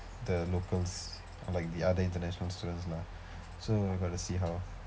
the locals like the other international students lah so got to see how